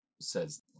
says